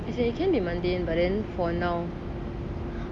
as in you can be mundane but then for now